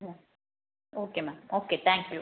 ம் okay ma'am okay thank you